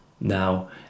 now